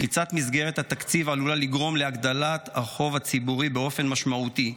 פריצת מסגרת התקציב עלולה לגרום להגדלת החוב הציבורי באופן משמעותי,